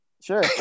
Sure